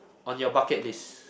on your bucket list